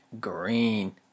Green